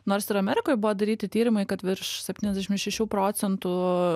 nors ir amerikoj buvo daryti tyrimai kad virš septyniasdešim šešių procentų